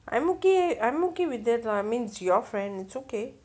I'm okay I'm okay with it lah means your friend it's okay